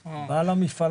תמיד הייתה לנו את האמונה.